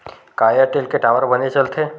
का एयरटेल के टावर बने चलथे?